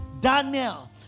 Daniel